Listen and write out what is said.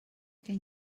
can